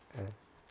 uh